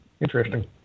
Interesting